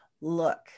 look